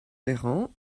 véran